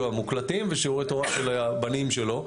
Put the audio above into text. המוקלטים, ושיעורי תורה של הבנים שלו.